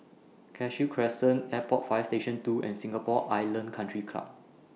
Cashew Crescent Airport Fire Station two and Singapore Island Country Club